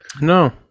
No